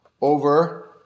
over